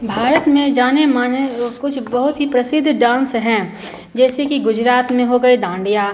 भारत में जाने माने वह कुछ बहुत ही प्रसिद्ध डांस हैं जैसे कि गुजरात में हो गए डांडिया